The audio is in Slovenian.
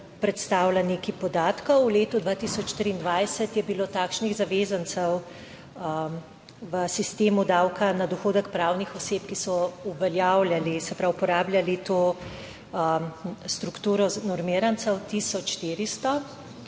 predstavila nekaj podatkov. V letu 2023 je bilo takšnih zavezancev v sistemu davka na dohodek pravnih oseb, ki so uveljavljali, se pravi, uporabljali to strukturo normirancev tisoč